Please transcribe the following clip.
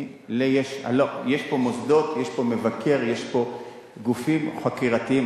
יש פה מוסדות, יש פה מבקר, יש פה גופים חקירתיים.